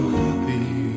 happy